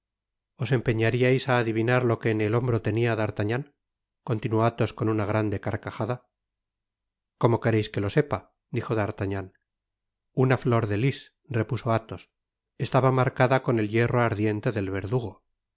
os empeñariais á adivinar lo que en el hombro tenia d'artagnan continuó athos con una grande carcajada r cómo querereis que lo sepa dijo d'artagnan una flor de lis repuso athos estaba marcada con el hierro ardiente del verdugo y